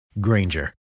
Granger